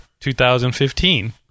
2015